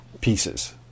pieces